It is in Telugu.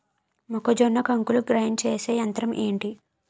మొక్కజొన్న కంకులు గ్రైండ్ చేసే యంత్రం ఏంటి?